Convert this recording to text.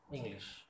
English